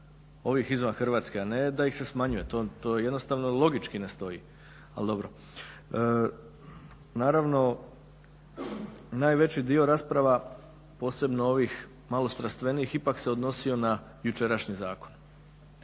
ovih izvan Hrvatske, a ne da ih se smanjuje to jednostavno logički ne stoji. Al' dobro. Naravno najveći dio rasprava posebno ovih strastvenijih ipak se odnosio na jučerašnji zakon.